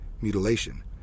mutilation